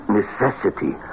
necessity